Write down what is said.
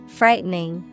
frightening